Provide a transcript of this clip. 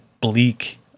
bleak